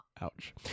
Ouch